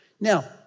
Now